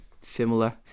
similar